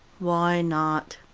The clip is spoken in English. why not?